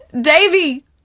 Davy